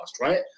right